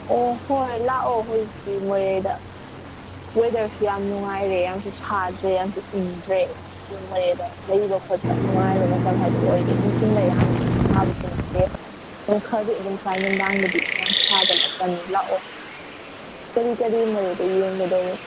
ꯑꯣ ꯍꯣꯏ ꯂꯥꯛꯑꯣ ꯍꯧꯖꯤꯛꯇꯤ ꯃꯣꯔꯦꯗ ꯋꯦꯗꯔꯁꯨ ꯌꯥꯝ ꯅꯨꯡꯉꯥꯏꯔꯦ ꯌꯥꯝꯅꯁꯨ ꯁꯥꯗ꯭ꯔꯦ ꯌꯝꯅꯁꯨ ꯏꯪꯗ꯭ꯔꯦ ꯃꯣꯔꯦꯗ ꯂꯩꯕ ꯈꯣꯠꯄ ꯅꯨꯡꯉꯥꯏꯕ ꯃꯇꯝ ꯍꯥꯏꯕꯗꯣ ꯑꯣꯏꯔꯦ ꯅꯨꯡꯊꯤꯟꯗ ꯌꯥꯝ ꯁꯥꯕꯁꯨ ꯅꯠꯇꯦ ꯑꯗꯨꯝ ꯈꯔꯗꯤ ꯑꯗꯨꯝ ꯁꯥꯏ ꯅꯨꯡꯗꯥꯡꯗꯗꯤ ꯌꯥꯝ ꯁꯥꯕ ꯅꯠꯇꯃꯤꯅ ꯂꯥꯛꯑꯣ ꯀꯔꯤ ꯀꯔꯤ ꯃꯣꯔꯦꯗ ꯌꯦꯡꯒꯗꯕ